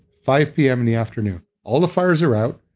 five pm in the afternoon. all the fires are out,